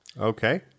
Okay